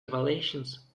revelations